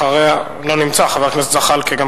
אחריה, חבר הכנסת זחאלקה, לא נמצא.